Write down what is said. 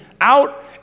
out